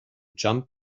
jump